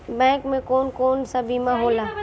Bank में कौन कौन से बीमा होला?